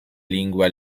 lingua